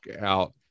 out